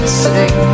sing